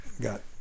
got